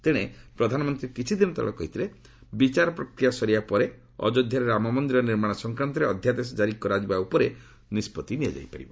ତେଣେ ପ୍ରଧାନମନ୍ତ୍ରୀ କିଛିଦିନ ତଳେ କହିଥିଲେ ବିଚାର ପ୍ରକ୍ରିୟା ସରିବା ପରେ ଅଯୋଧ୍ୟାରେ ରାମ ମନ୍ଦିର ନିର୍ମାଣ ସଂକ୍ରାନ୍ତରେ ଅଧ୍ୟାଦେଶ ଜାରି କରାଯିବା ଉପରେ ନିଷ୍କଭି ନିଆଯାଇପାରିବ